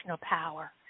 power